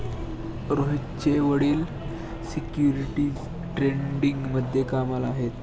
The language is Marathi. रोहितचे वडील सिक्युरिटीज ट्रेडिंगमध्ये कामाला आहेत